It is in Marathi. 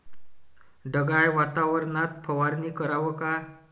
ढगाळ वातावरनात फवारनी कराव का?